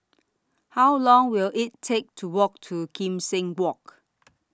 How Long Will IT Take to Walk to Kim Seng Walk